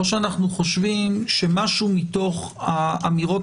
או שאנחנו חושבים שמשהו מתוך האמירות